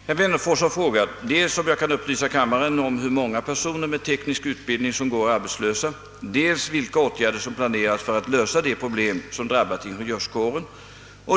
Herr talman! Herr Wennerfors har frågat dels om jag kan upplysa kammaren om hur många personer med teknisk utbildning som går arbetslösa, dels vilka åtgärder som planeras för att lösa de problem som drabbat ingenjörskåren,